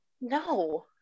no